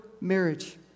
marriage